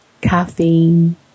caffeine